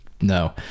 No